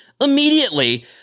immediately